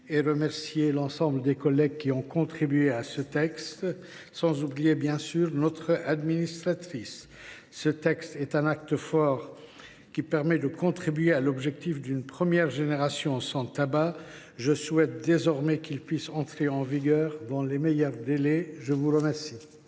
à remercier l’ensemble des collègues qui ont contribué à ce travail, sans oublier les services de la commission. Ce texte est un acte fort qui permet de contribuer à l’objectif de parvenir à une première génération sans tabac. Je souhaite désormais qu’il puisse entrer en vigueur dans les meilleurs délais. La parole